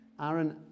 Aaron